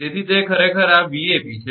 તેથી તે ખરેખર આ 𝑉𝑎𝑏 છે